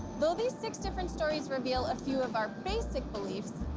though these six different stories reveal a few of our basic beliefs,